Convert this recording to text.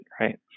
right